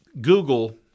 Google